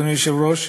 אדוני היושב-ראש,